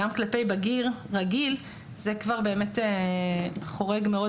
גם כלפי בגיר רגיל וזה כבר חורג מאוד